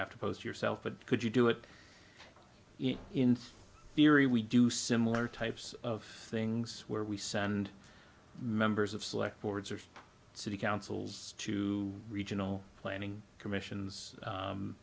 have to pose yourself but could you do it in theory we do similar types of things where we send members of select boards or city councils to regional planning commissions